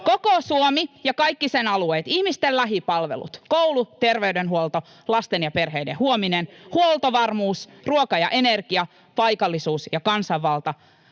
Koko Suomi ja kaikki sen alueet, ihmisten lähipalvelut; koulut ja terveydenhuolto, lasten ja perheiden huominen, [Mauri Peltokankaan välihuuto] huoltovarmuus; ruoka ja energia, paikallisuus ja kansanvalta,